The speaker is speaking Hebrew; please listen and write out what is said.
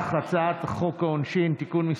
ההצעה להעביר את הצעת חוק העונשין (תיקון,